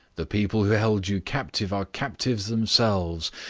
the people who held you captive are captives themselves.